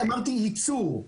אמרתי ייצור.